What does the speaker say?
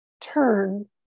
turn